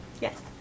Yes